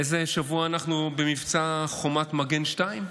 באיזה שבוע אנחנו במבצע חומת מגן 2?